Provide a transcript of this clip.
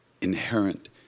inherent